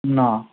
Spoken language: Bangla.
না